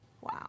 Wow